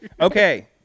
Okay